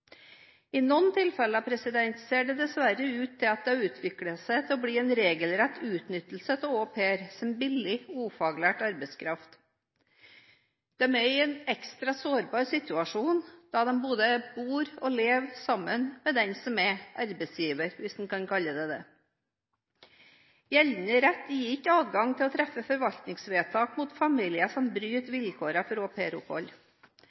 I noen tilfeller ser det dessverre ut til at dette har utviklet seg til å bli en regelrett utnyttelse av au pair som billig, ufaglært arbeidskraft. De er i en ekstra sårbar situasjon fordi de både bor og lever sammen med den som er arbeidsgiver – hvis en kan kalle det det. Gjeldende rett gir ikke adgang til å treffe forvaltningsvedtak mot familier som bryter